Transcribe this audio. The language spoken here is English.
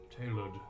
tailored